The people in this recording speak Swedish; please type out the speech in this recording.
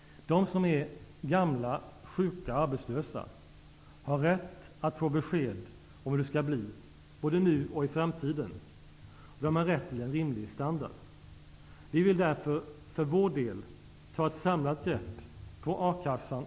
Det bidde en tumme till Bert Hur tror ni att denna tumme skall kunna avhjälpa det som är huvudproblemet i svensk ekonomi -- den svaga inhemska efterfrågan?